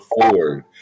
Ford